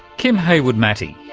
kim haywood-matty.